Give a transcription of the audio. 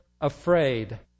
afraid